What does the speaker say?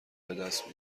بدست